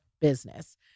business